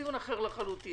זה דיון אחר לחלוטין.